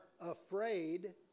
afraid